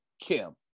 Kim